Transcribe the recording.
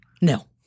No